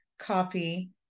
copy